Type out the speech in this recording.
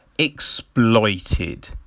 Exploited